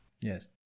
Yes